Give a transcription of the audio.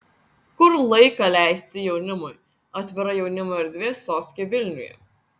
kur laiką leisti jaunimui atvira jaunimo erdvė sofkė vilniuje